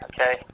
okay